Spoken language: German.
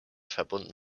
verbunden